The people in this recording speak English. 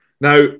Now